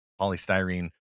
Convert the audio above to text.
polystyrene